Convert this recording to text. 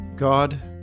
God